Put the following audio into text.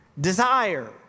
desire